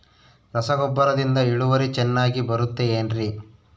ರಸಗೊಬ್ಬರದಿಂದ ಇಳುವರಿ ಚೆನ್ನಾಗಿ ಬರುತ್ತೆ ಏನ್ರಿ?